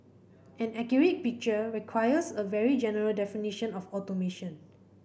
an accurate picture requires a very general definition of automation